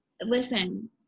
listen